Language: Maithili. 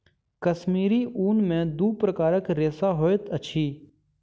कश्मीरी ऊन में दू प्रकारक रेशा होइत अछि